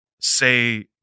say